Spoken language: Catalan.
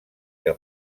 que